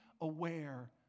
aware